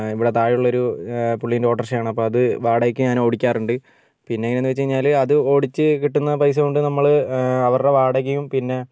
ഇവിടെ താഴെയുള്ള ഒരു പുള്ളിൻ്റെ ഓട്ടോറിക്ഷ ആണ് അപ്പോൾ അത് വാടകയ്ക്ക് ഞാൻ ഓടിക്കാറുണ്ട് പിന്നെ എങ്ങനെയാണെന്ന് വെച്ചുകഴിഞ്ഞാൽ അത് ഓടിച്ച് കിട്ടുന്ന പൈസ കൊണ്ട് നമ്മൾ അവരുടെ വാടകയും പിന്നെ